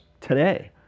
today